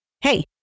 Hey